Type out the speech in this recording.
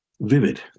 vivid